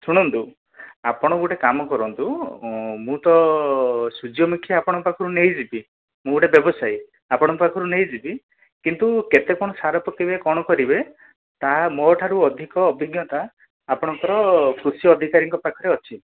ଶୁଣନ୍ତୁ ଆପଣ ଗୋଟେ କାମ କରନ୍ତୁ ମୁଁ ତ ସୂର୍ଯ୍ୟମୁଖୀ ଆପଣଙ୍କ ପାଖରୁ ନେଇଯିବି ମୁଁ ଗୋଟେ ବ୍ୟବସାୟୀ ଆପଣଙ୍କ ପାଖରୁ ନେଇଯିବି କିନ୍ତୁ କେତେ କ'ଣ ସାର ପକାଇବେ କ'ଣ କରିବେ ତାହା ମୋ ଠାରୁ ଅଧିକ ଅଭିଜ୍ଞତା ଆପଣଙ୍କର କୃଷି ଅଧିକାରୀଙ୍କ ପାଖରେ ଅଛି